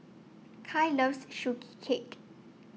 Kai loves Sugee Cake